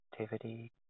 activity